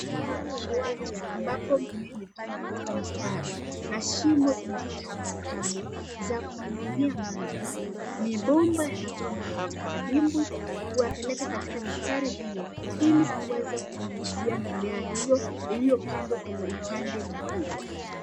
Kwenye kiwanja ambapo mimea imepandwa katika mstari na shimo zimepita hapo kando za kunyunyizia maji. Mabomba yanatoa maji kutoka dimbwi kuyapeleka katika mstari hiyo ili kuweza kunyunyizia mimea hiyo iliyopandwa kwenye upande mkubwa.